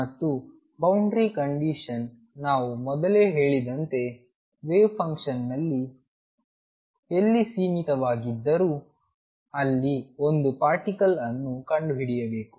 ಮತ್ತು boundary condition ನಾವು ಮೊದಲೇ ಹೇಳಿದಂತೆ ವೇವ್ ಫಂಕ್ಷನ್ ಎಲ್ಲಿ ಸೀಮಿತವಾಗಿದ್ದರೂ ಅಲ್ಲಿ ಒಂದು ಪಾರ್ಟಿಕಲ್ ಅನ್ನು ಕಂಡುಹಿಡಿಯಬೇಕು